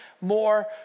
more